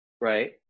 right